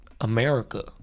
America